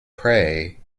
pray